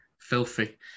Filthy